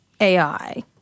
AI